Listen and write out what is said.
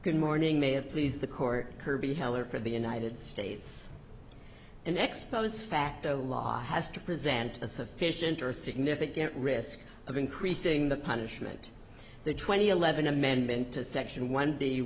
good morning may it please the court kirby heller for the united states in expos facto law has to prevent a sufficient or significant risk of increasing the punishment the twenty a levin amendment to section one